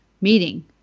meeting